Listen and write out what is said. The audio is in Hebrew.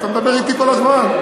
אתה מדבר אתי כל הזמן.